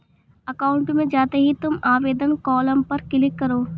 account में जाते ही तुम आवेदन कॉलम पर क्लिक करो